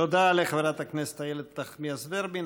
תודה לחברת הכנסת איילת נחמיאס ורבין.